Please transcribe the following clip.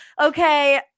Okay